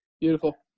Beautiful